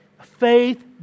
faith